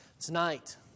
Tonight